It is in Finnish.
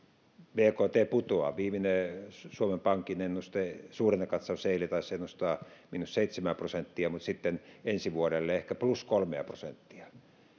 bkt putoaa viimeinen suomen pankin ennuste suhdannekatsaus eilen taisi ennustaa miinus seitsemää prosenttia mutta sitten ensi vuodelle ehkä plus kolmea prosenttia